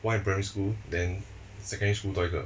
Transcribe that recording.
one in primary school then secondary school 多一个